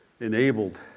enabled